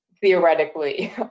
theoretically